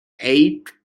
aid